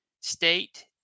state